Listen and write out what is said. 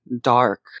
dark